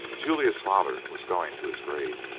julia's father was going to his grave.